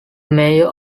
mayor